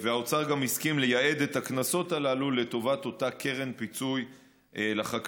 האוצר גם הסכים לייעד את הקנסות הללו לטובת אותה קרן פיצוי לחקלאים.